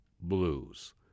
Blues